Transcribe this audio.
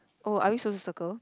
oh are we supposed to circle